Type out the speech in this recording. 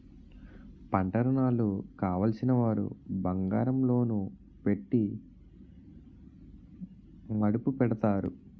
పంటరుణాలు కావలసినవారు బంగారం లోను పెట్టి మదుపు పెడతారు